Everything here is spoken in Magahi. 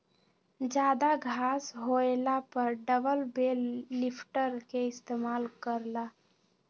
जादा घास होएला पर डबल बेल लिफ्टर के इस्तेमाल कर ल